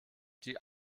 die